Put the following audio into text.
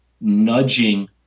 nudging